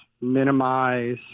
minimize